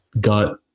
got